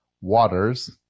Waters